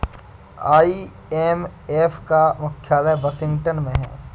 IMF का मुख्यालय Washington में है